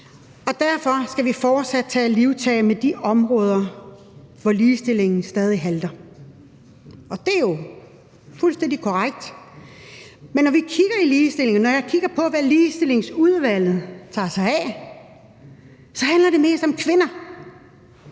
Derfor skal vi fortsat tage livtag med de områder, hvor det stadig halter med ligestillingen – det er jo fuldstændig korrekt. Men når jeg kigger på ligestillingen, og når jeg kigger på, hvad Ligestillingsudvalget tager sig af, kan jeg se, at det mest handler